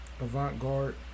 Avant-Garde